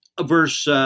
Verse